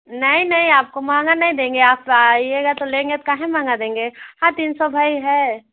नहीं नहीं आपको महँगा नहीं देंगे आप आइएगा तो लेंगे तो काहे महँगा देंगे हाँ तीन सौ भाई है